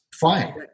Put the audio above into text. fine